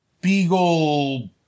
beagle